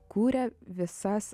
kuria visas